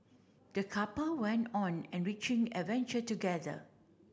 the couple went on enriching adventure together